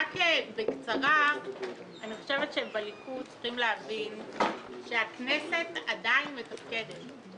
אני חושבת שבליכוד צריכים להבין שהכנסת עדיין מתפקדת.